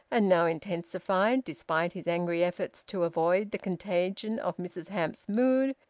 and now intensified despite his angry efforts to avoid the contagion of mrs hamps's mood,